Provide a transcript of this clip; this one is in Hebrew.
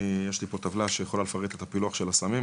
יש לי פה טבלה שיכולה לפרט את הפילוח של הסמים,